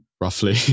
roughly